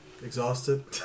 Exhausted